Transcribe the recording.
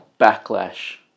backlash